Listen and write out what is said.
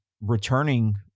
returning